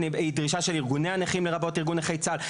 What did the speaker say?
היא דרישה של ארגוני הנכים לרבות ארגון נכי צה"ל,